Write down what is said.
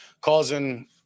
causing